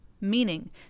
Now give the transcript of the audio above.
meaning